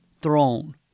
throne